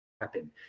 happen